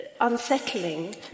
unsettling